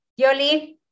Yoli